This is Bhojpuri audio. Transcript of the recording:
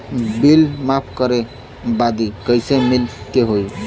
बिल माफ करे बदी कैसे मिले के होई?